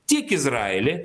tiek izraely